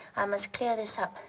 i must clear this up.